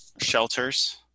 shelters